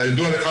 כידוע לך,